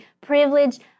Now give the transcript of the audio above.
privilege